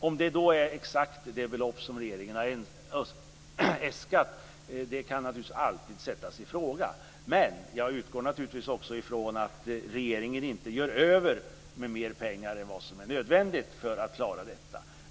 Om det belopp som regeringen har äskat är det exakt rätta kan naturligtvis alltid sättas i fråga, men jag utgår naturligtvis ifrån att regeringen inte gör av med mer pengar än vad som är nödvändigt för att klara detta.